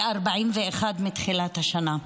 ל-41 מתחילת השנה.